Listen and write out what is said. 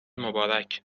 مبارک